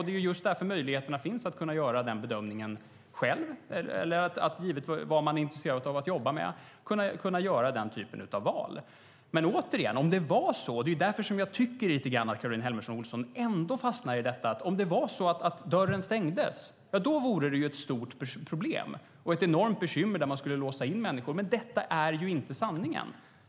Det är just därför som möjligheterna finns att göra denna bedömning och denna typ av val själv beroende på vad man är intresserad av att jobba med. Jag tycker att Caroline Helmersson Olsson lite grann fastnar i detta. Om det var så att dörren stängdes vore det ett stort problem. Det skulle vara ett enormt bekymmer om man skulle låsa in människor. Men detta är inte sanningen.